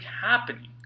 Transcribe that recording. happening